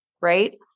right